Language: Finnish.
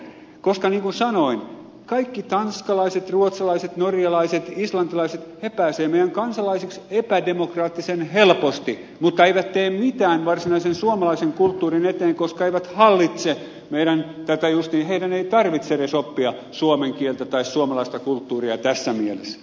niin kuin sanoin kaikki tanskalaiset ruotsalaiset norjalaiset islantilaiset pääsevät meidän kansalaisiksemme epädemokraattisen helposti mutta eivät tee mitään varsinaisen suomalaisen kulttuurin eteen koska heidän ei tarvitse edes oppia suomen kieltä tai suomalaista kulttuuria tässä mielessä